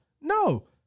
No